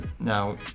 Now